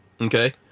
Okay